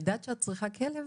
ידעת שאת צריכה כלב?